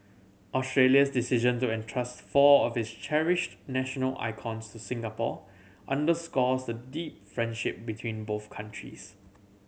Australia's decision to entrust four of its cherished national icons to Singapore underscores the deep friendship between both countries